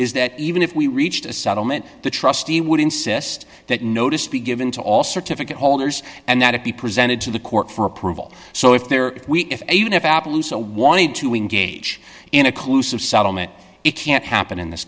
is that even if we reached a settlement the trustee would insist that notice be given to all certificate holders and that it be presented to the court for approval so if there if even if appaloosa wanted to engage in occlusive settlement it can't happen in this